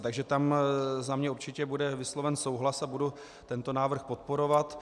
Takže tam za mě určitě bude vysloven souhlas a budu tento návrh podporovat.